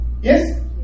Yes